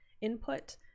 input